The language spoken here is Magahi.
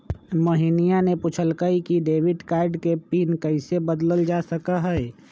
मोहिनीया ने पूछल कई कि डेबिट कार्ड के पिन कैसे बदल्ल जा सका हई?